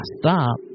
stop